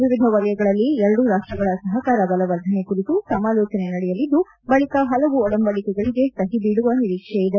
ವಿವಿಧ ವಲಯಗಳಲ್ಲಿ ಎರಡೂ ರಾಷ್ಷಗಳ ಸಹಕಾರ ಬಲವರ್ಧನೆ ಕುರಿತು ಸಮಾಲೋಚನೆ ನಡೆಯಲಿದ್ದು ಬಳಿಕ ಹಲವು ಒಡಂಬಡಿಕೆಗಳಿಗೆ ಸಹಿ ಬೀಳುವ ನಿರೀಕ್ಷೆಯಿದೆ